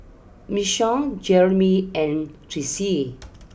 Miesha Jeramy and Tressie